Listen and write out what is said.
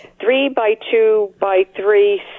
three-by-two-by-three